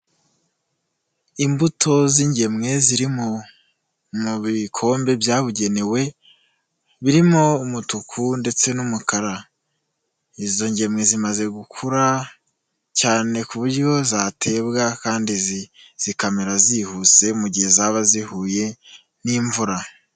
Imbuto z'ingemwe ziri mu bikombe byabugenewe, birimo umutuku ndetse n'umukara. Izo ngemwe zimaze gukura cyane, ku buryo zatebwa, kandi zikamera zihuse, mu gihe zaba zihuye n'imvura.